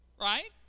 Right